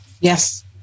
Yes